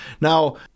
Now